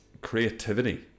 Creativity